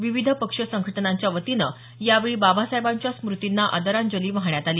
विविध पक्ष संघटनांच्या वतीनं यावेळी बाबासाहेबांच्या स्मूतींना आदरांजली वाहण्यात आली